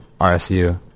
RSU